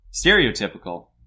stereotypical